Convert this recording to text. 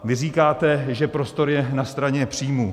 Vy říkáte, že prostor je na straně příjmů.